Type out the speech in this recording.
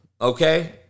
okay